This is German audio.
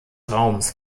raums